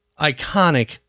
Iconic